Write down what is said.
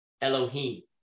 Elohim